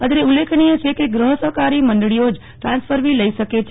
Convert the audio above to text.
અત્રે ઉલ્લેખનીય છે કે ગ્રહ સહકારી મંડળીઓ જ ટ્રાન્સફર ફી લઈ શકે છે